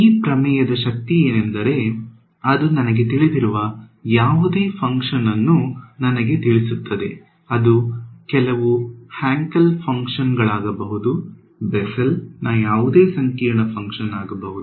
ಈ ಪ್ರಮೇಯದ ಶಕ್ತಿ ಏನೆಂದರೆ ಅದು ನನಗೆ ತಿಳಿದಿರುವ ಯಾವುದೇ ಫಂಕ್ಷನ್ ಅನ್ನು ನನಗೆ ತಿಳಿಸುತ್ತದೆ ಅದು ಕೆಲವು ಹ್ಯಾಂಕೆಲ್ ಫಂಕ್ಷನ್ ಗಳಾಗಬಹುದು ಬೆಸೆಲ್ ನಾ ಯಾವುದೇ ಸಂಕೀರ್ಣ ಫಂಕ್ಷನ್ ಆಗಬಹುದು